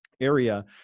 area